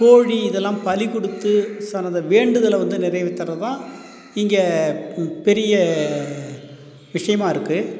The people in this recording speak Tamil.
கோழி இதெல்லாம் பலி கொடுத்து சா அந்த வேண்டுதலை வந்து நிறைவேத்துறது தான் இங்கே பெரிய விஷயமாக இருக்குது